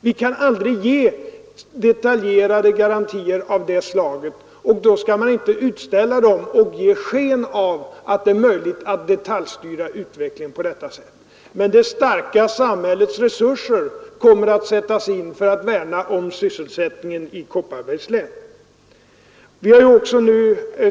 Vi kan aldrig ge detaljerade garantier av det slaget. Därför skall man inte utställa sådana och ge sken av att det är möjligt att detaljstyra utvecklingen på detta sätt. Men det starka samhällets resurser kommer att sättas in för att värna om sysselsättningen i Kopparbergs län.